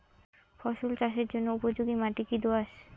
ফসল চাষের জন্য উপযোগি মাটি কী দোআঁশ?